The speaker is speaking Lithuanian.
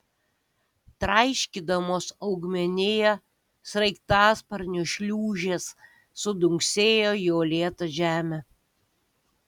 traiškydamos augmeniją sraigtasparnio šliūžės sudunksėjo į uolėtą žemę